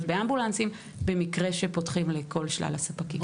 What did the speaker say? באמבולנסים במקרה שפותחים לכל שלל הספקים.